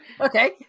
Okay